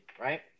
right